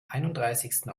einunddreißigsten